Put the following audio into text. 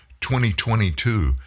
2022